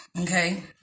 Okay